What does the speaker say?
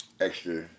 extra